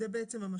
זה בעצם המשמעות.